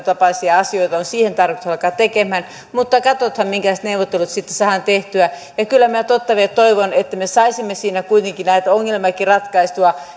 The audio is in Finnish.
tapaisia asioita on siihen tarkoitus alkaa tekemään mutta katsotaan minkälaiset neuvottelut sitten saadaan tehtyä kyllä minä totta vie toivon että me saisimme siinä kuitenkin näitä ongelmiakin ratkaistua